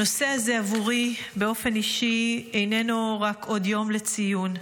בעבורי באופן אישי הנושא הזה איננו רק עוד יום לציון,